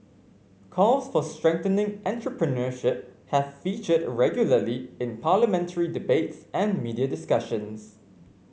calls for strengthening entrepreneurship have featured regularly in parliamentary debates and media discussions